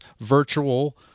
virtual